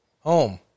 Home